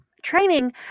training